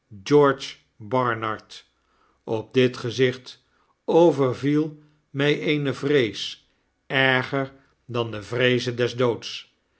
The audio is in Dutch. george barnard op dit gezicht overviel my eene vrees erger dan de vreeze